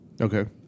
Okay